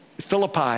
Philippi